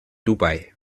dubai